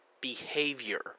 behavior